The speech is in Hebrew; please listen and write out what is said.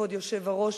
כבוד היושב-ראש,